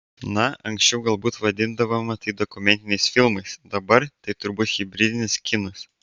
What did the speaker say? na anksčiau galbūt vadindavome tai dokumentiniais filmais dabar tai turbūt hibridinis kinas